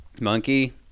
Monkey